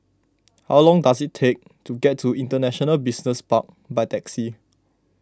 how long does it take to get to International Business Park by taxi